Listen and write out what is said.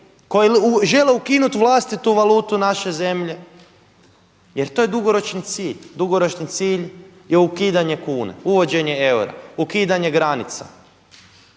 koji žele ukinuti vlastitu valutu naše zemlje jer to je dugoročni cilj, dugoročni cilj je ukidanje kune, uvođenje eura, ukidanje granica